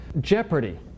Jeopardy